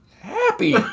happy